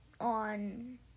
on